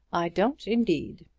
i don't indeed.